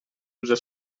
usa